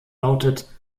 lautet